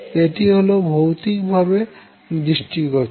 এটি হল ভৌতিক ভাবে দৃষ্টিগোচর